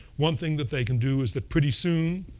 one thing that they can do is that pretty soon